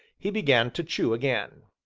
he began to chew again.